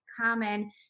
common